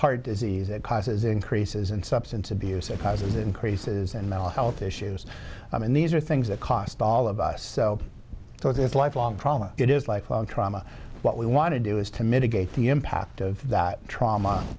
heart disease it causes increases in substance abuse it causes increases in mental health issues i mean these are things that cost all of us so it's a lifelong problem it is like trauma what we want to do is to mitigate the impact of that trauma